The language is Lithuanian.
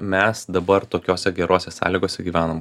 mes dabar tokiose gerose sąlygose gyvenam